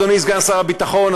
אדוני סגן שר הביטחון,